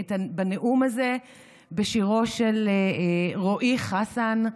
בנאום הזה בשירו של רועי חסן,